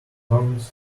tongs